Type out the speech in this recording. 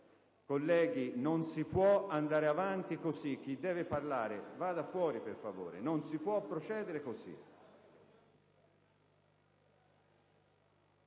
Colleghi, non si può andare avanti così. Chi deve parlare vada fuori, per favore; non si può procedere così.